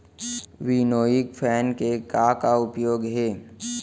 Winnowing fan के का का उपयोग हे?